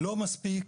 לא מספיק